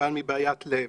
סבל מבעיית לב.